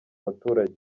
baturage